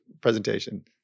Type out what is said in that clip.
presentation